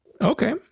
Okay